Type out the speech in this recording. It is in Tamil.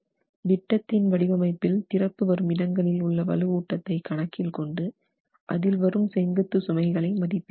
விட்டத்தின் வடிவமைப்பில் திறப்பு வரும் இடங்களில் உள்ள வலுவூட்டத்தை கணக்கில் கொண்டு அதில் வரும் செங்குத்து சுமைகளை மதிப்பிட வேண்டும்